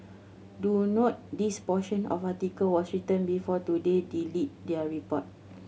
do note this portion of the article was written before Today deleted their report